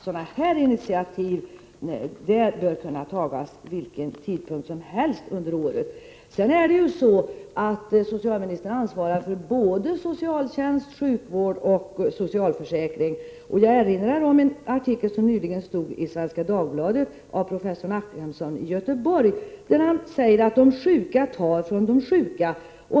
Sådana initiativ bör nämligen kunna tas vid vilken tidpunkt som helst under året. Socialministern ansvarar för socialtjänst, sjukvård och socialförsäkringar. Jag erinrar mig en artikel nyligen i Svenska Dagbladet av professor Nachemsson i Göteborg. I artikeln sägs att de sjuka tar från de sjuka.